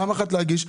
מספיק פעם אחת להגיש.